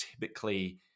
typically